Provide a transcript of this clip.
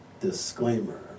disclaimer